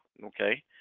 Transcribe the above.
ok.